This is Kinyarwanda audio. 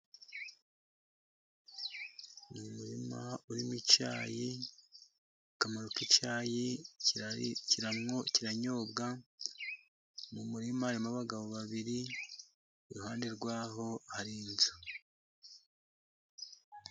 Ni umurima urimo icyayi, akamaro k'icyayira kira kiranyobwa, mu murima harimo abagabo babiri, iruhande rw'aho hari inzu.